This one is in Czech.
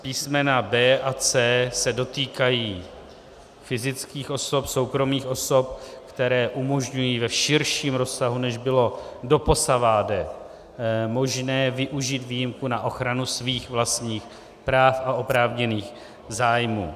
Písmena B a C se dotýkají fyzických osob, soukromých osob, které umožňují v širším rozsahu, než bylo doposavad možné, využít výjimku na ochranu svých vlastních práv a oprávněných zájmů.